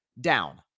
down